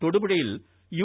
തൊടുപുഴയിൽ യു